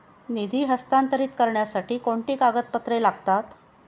निधी हस्तांतरित करण्यासाठी कोणती कागदपत्रे लागतात?